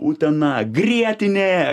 utena grietinė